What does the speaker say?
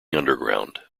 underground